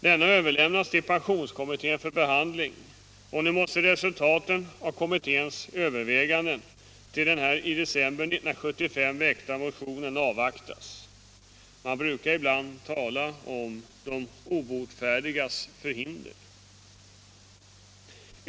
Denna överlämnades till pensionskommittén för behandling, och nu måste resultaten av kommitténs överväganden kring denna i december 1975 väckta motion avvaktas. Man brukar ibland tala om de obotfärdigas förhinder!